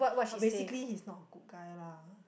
but basically he's not a good guy lah